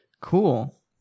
Cool